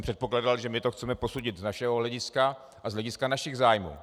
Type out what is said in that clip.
Předpokládal jsem, že to chceme posoudit z našeho hlediska a z hlediska našich zájmů.